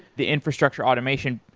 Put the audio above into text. the infrastructure automation.